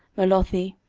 mallothi,